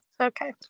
Okay